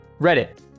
Reddit